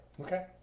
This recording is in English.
Okay